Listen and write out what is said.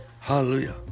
Hallelujah